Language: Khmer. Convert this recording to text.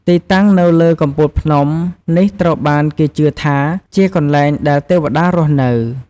ទីតាំងនៅលើ កំពូលភ្នំ នេះត្រូវបានគេជឿថាជា កន្លែងដែលទេវតារស់នៅ។